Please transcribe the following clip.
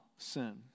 Sin